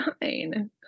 fine